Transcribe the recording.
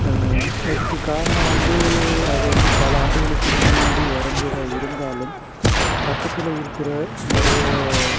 அதுக்கு காரணம் வந்து அது வந்து பல ஆண்டுகளுக்கு முன்னாடி வரஞ்சதாக இருந்தாலும் பக்கத்தில் இருக்கிற நிறைய